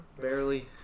barely